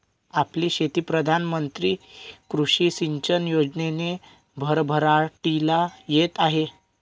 आपली शेती प्रधान मंत्री कृषी सिंचाई योजनेने भरभराटीला येत आहे